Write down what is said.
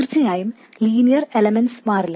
തീർച്ചയായും linear elements മാറില്ല